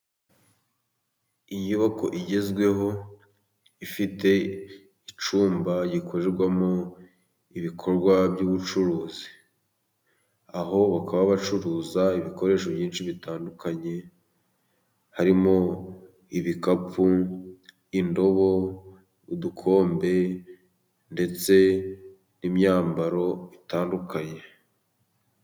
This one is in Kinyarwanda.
Inyubako igezweho, ifite icyumba gikorerwamo ibikorwa by'ubucuruzi. Aho bakaba bacuruza ibikoresho byinshi bitandukanye, harimo ibikapu, indobo, udukombe ndetse n'imyambaro itandukanye.